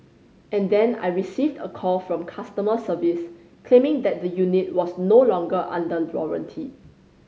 and then I received a call from customer service claiming that the unit was no longer under warranty